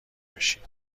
بشین